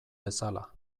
bezala